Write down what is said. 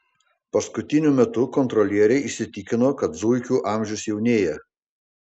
paskutiniu metu kontrolieriai įsitikino kad zuikių amžius jaunėja